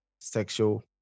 sexual